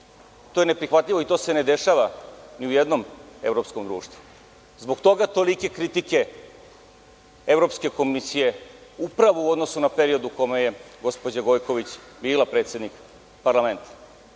To je neprihvatljivo i to se ne dešava ni u jednom evropskom društvu. Zbog toga tolike kritike Evropske komisije upravo u odnosu na period u kome je gospođa Gojković bila predsednik parlamenta,